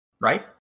Right